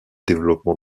développement